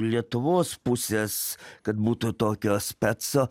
lietuvos pusės kad būtų tokio speco